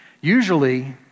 Usually